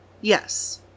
Yes